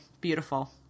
Beautiful